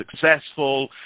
successful